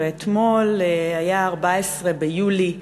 ואתמול היה 14 ביולי 2013,